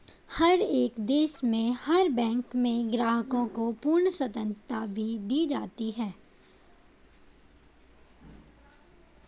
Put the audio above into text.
हर एक देश में हर बैंक में ग्राहकों को पूर्ण स्वतन्त्रता भी दी जाती है